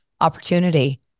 Opportunity